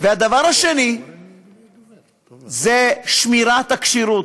הדבר השני זה שמירת הכשירות.